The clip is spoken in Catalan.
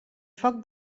foc